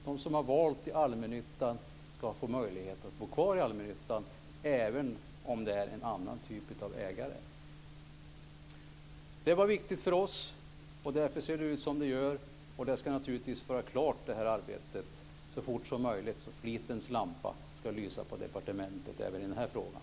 De som har valt allmännyttan ska få möjlighet att bo kvar i allmännyttan även om det är en annan typ av ägare. Det var viktigt för oss. Därför ser det ut som det gör. Arbetet ska naturligtvis vara klart så fort som möjligt. Flitens lampa ska lysa på departementet även i den här frågan.